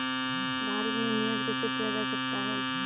भारत में निवेश कैसे किया जा सकता है?